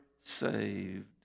saved